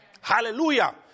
Hallelujah